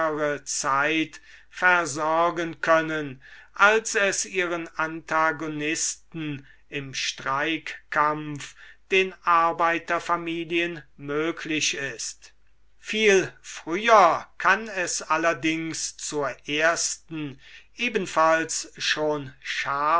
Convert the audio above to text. zeit versorgen können als es ihren antagonisten im streikkampf den arbeiterfamilien möglich ist viel früher kann es allerdings zur ersten ebenfalls schon scharf